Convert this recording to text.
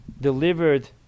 delivered